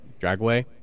dragway